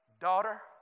Daughter